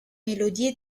melodie